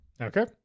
Okay